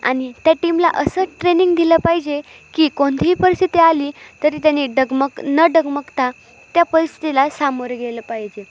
आणि त्या टीमला असं ट्रेनिंग दिलं पाहिजे की कोणतीही परिस्थिती आली तरी त्यांनी डगमग न डगमगता त्या परिस्थितीला सामोरे गेलं पाहिजे